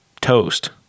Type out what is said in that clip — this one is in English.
toast